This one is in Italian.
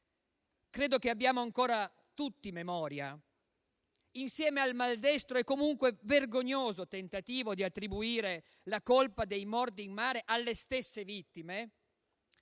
che abbiamo ancora tutti memoria, insieme al maldestro e comunque vergognoso tentativo di attribuire la colpa dei morti in mare alle stesse vittime,